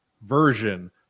version